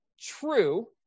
true